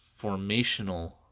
formational